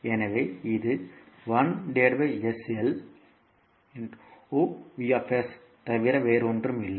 எனவே இது தவிர வேறொன்றுமில்லை